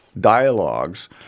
dialogues